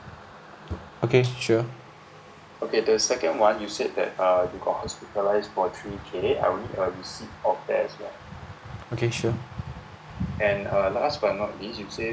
okay sure okay sure